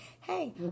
Hey